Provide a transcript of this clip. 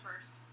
first